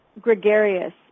gregarious